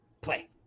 play